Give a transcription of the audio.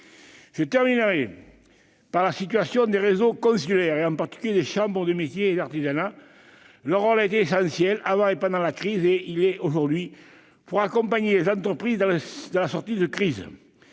Je terminerai par la situation des réseaux consulaires, notamment des chambres de métiers et de l'artisanat. Leur rôle a été essentiel avant et pendant la crise. Il l'est aujourd'hui pour accompagner les entreprises dans la sortie de crise.